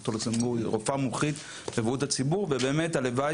ד"ר לוקסנבורג היא רופאה מומחית בבריאות הציבור ובאמת הלוואי